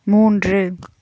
மூன்று